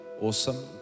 Awesome